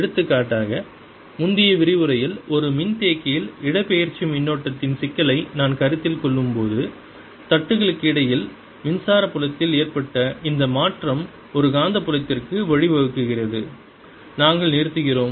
எடுத்துக்காட்டாக முந்தைய விரிவுரையில் ஒரு மின்தேக்கியில் இடப்பெயர்ச்சி மின்னோட்டத்தின் சிக்கலை நான் கருத்தில் கொள்ளும்போது தட்டுகளுக்கு இடையில் மின்சார புலத்தில் ஏற்பட்ட இந்த மாற்றம் ஒரு காந்தப்புலத்திற்கு வழிவகுக்கிறது நாங்கள் நிறுத்துகிறோம்